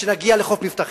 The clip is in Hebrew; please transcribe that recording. כשנגיע לחוף מבטחים.